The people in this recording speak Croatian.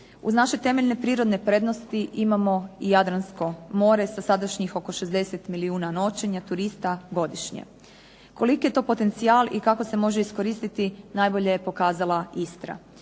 Uz naše temeljne prirodne prednosti imamo i Jadransko more sa sadašnjih oko 60 milijuna noćenja turista godišnje. Koliki je to potencijal i kako se može iskoristiti najbolje je pokazala Istra.